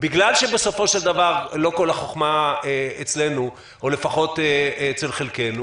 בגלל שבסופו של דבר לא כל החכמה אצלנו או לפחות אצל חלקנו